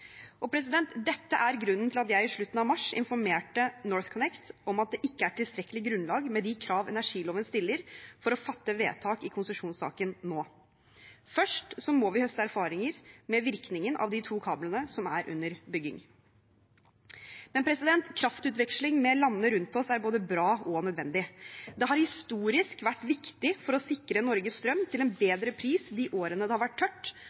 Dette er grunnen til at jeg i slutten av mars informerte NorthConnect om at det ikke er tilstrekkelig grunnlag med de kravene energiloven stiller, for å fatte vedtak i konsesjonssaken nå. Først må vi høste erfaringer med virkningen av de to kablene som er under bygging. Kraftutveksling med landene rundt oss er både bra og nødvendig. Det har historisk vært viktig for å sikre Norge strøm til en bedre pris de årene det har vært tørt